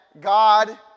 God